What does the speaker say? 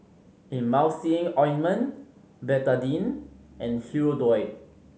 Emulsying Ointment Betadine and Hirudoid